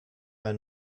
ein